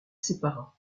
sépara